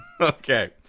Okay